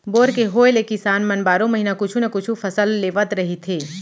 bore के होए ले किसान मन बारो महिना कुछु न कुछु फसल लेवत रहिथे